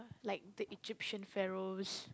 like the Egyptian Pharaohs